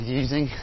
using